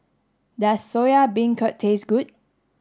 does Soya Beancurd taste good